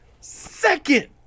second